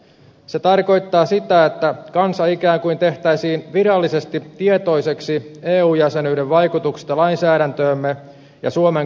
se tarkoittaa sitä että kansa ikään kuin tehtäisiin virallisesti tietoiseksi eu jäsenyyden vaikutuksista lainsäädäntöömme ja suomen kansainväliseen asemaan